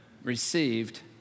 received